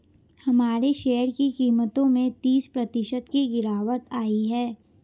हमारे शेयर की कीमतों में तीस प्रतिशत की गिरावट आयी है